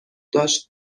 داشت